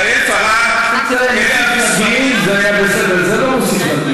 בקטנים, בין 55% 50%. תמיד זה לאור חיי המאגר.